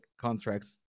contracts